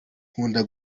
nkunda